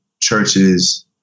churches